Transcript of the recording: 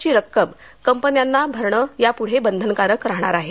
ची रक्कम कंपन्यांना भरणं यापुढे बंधनकारक राहणार आहे